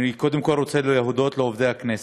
אני, קודם כול, רוצה להודות לעובדי הכנסת,